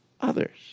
others